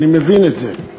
אני מבין את זה,